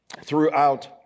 throughout